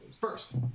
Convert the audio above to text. First